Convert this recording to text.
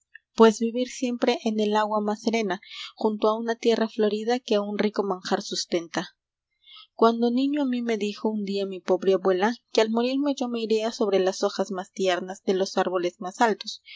pues vivir siempre en el agua más serena junto a una tierra florida que a un rico manjar sustenta cuando niño a mí me dijo un día mi pobre abuela que al morirme yo me iría sobre las hojas más tiernas de los árboles más altos